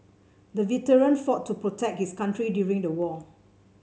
the veteran fought to protect his country during the war